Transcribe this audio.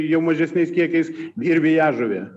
jau mažesniais kiekiais ir vijažuvė